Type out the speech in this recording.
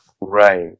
Right